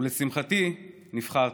ולשמחתי נבחרתי.